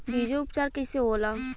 बीजो उपचार कईसे होला?